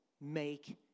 make